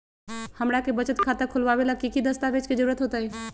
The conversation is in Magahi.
हमरा के बचत खाता खोलबाबे ला की की दस्तावेज के जरूरत होतई?